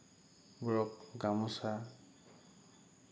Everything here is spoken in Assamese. বোৰক গামোছা